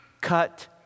Cut